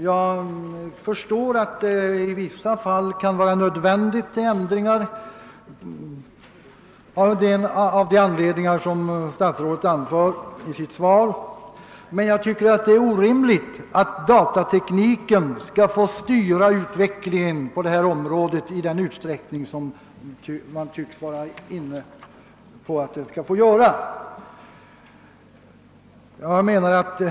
Jag förstår att det i vissa fall kan vara nödvändigt alt företaga ändringar av de anledningar som statsrådet anför i sitt svar, men jag tycker att det är orimligt att datatekniken skall få styra utvecklingen på detta område i den utsträckning som man tycks vara inne på att låta den göra.